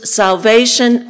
salvation